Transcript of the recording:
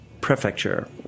prefecture